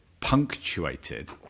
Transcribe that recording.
punctuated